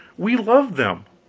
we love them